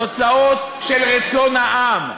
תוצאות של רצון העם?